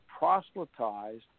proselytized